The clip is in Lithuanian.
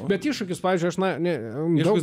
bet iššūkius pavyzdžiui aš na ne toks